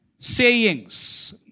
sayings